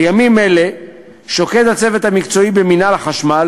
בימים אלה שוקד הצוות המקצועי במינהל החשמל,